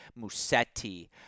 Musetti